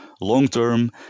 long-term